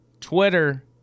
Twitter